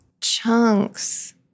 Chunks